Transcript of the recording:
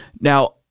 now